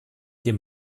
dem